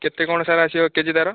କେତେ କ'ଣ ସାର୍ ଆସିବ କେ ଜି ତାର